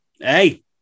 Hey